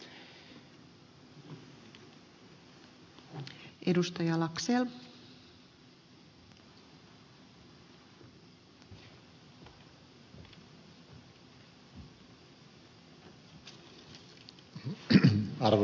arvoisa rouva puhemies